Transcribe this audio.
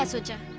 ah raja.